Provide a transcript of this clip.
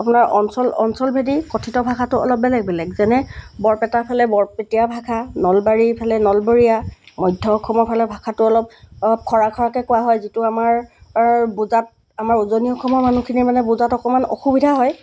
আপোনাৰ অঞ্চল অঞ্চলভেদে কথিত ভাষাটো অলপ বেলেগ বেলেগ যেনে বৰপেটাৰফালে বৰপেটীয়া ভাষা নলবাৰীৰফালে নলবৰীয়া মধ্য অসমৰফালে ভাষাটো অলপ খঁৰা খঁৰাকৈ কোৱা হয় যিটো আমাৰ বুজাত আমাৰ উজনি অসমৰ মানুহখিনিৰ মানে বুজাত অকণমান অসুবিধা হয়